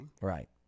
Right